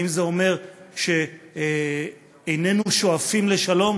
האם זה אומר שאיננו שואפים לשלום?